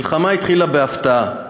המלחמה התחילה בהפתעה.